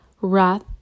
wrath